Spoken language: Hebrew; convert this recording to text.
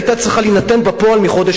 התוספת היתה צריכה להינתן בפועל מחודש